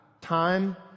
Time